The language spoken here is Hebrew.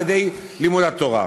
על-ידי לימוד תורה.